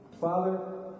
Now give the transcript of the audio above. Father